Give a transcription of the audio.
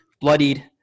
bloodied